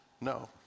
No